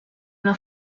una